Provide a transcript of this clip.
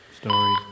Story